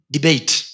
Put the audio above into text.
debate